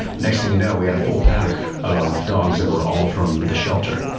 next thing you know we had a full pack of dogs that were all from the shelter.